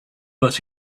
but